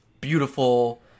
beautiful